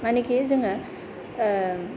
मानोखि जोङो